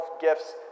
gifts